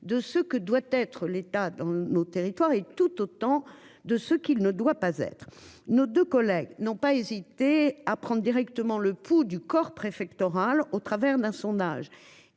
de ce que doit être l'État dans nos territoires et tout autant de ce qu'il ne doit pas être nos 2 collègues n'ont pas hésité à prendre directement le pouls du corps préfectoral, au travers d'un sondage